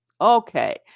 Okay